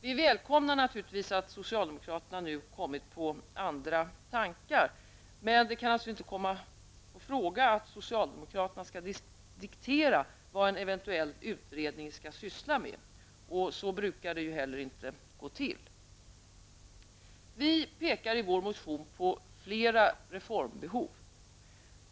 Vi välkomnar naturligtvis att socialdemokraterna nu kommit på andra tankar. Men det kan inte komma på fråga att socialdemokraterna skall diktera vad en eventuell utredning skall syssla med. Så brukar det ju inte heller gå till. Vi pekar i vår motion på flera reformbehov.